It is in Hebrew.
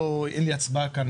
אין לי זכות הצבעה כאן,